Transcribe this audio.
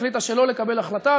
החליטה שלא לקבל החלטה,